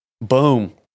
Boom